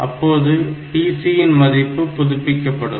அப்போது PC இன் மதிப்பு புதுப்பிக்கப்படும்